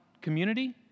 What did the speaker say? community